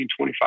1925